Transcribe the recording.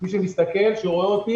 מי שמסתכל ורואה אותי.